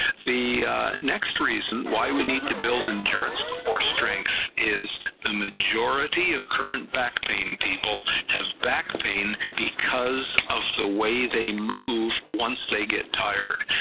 the next reason why we need to build endurance before strength, is the majority of current back pain people have back pain because of the way they move once they get tired,